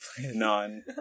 None